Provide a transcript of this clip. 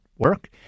work